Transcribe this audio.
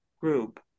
group